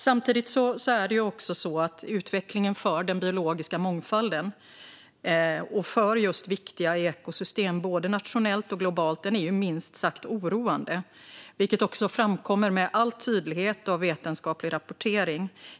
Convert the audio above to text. Samtidigt är utvecklingen för den biologiska mångfalden och viktiga ekosystem både nationellt och globalt minst sagt oroande, vilket också framkommer med all tydlighet av vetenskaplig rapportering.